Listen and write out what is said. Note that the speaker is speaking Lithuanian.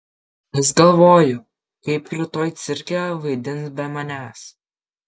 vis galvoju kaip rytoj cirke vaidins be manęs